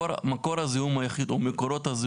מקור הזיהום היחיד או מקורות הזיהום